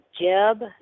Jeb